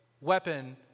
weapon